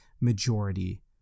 majority